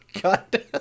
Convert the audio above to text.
god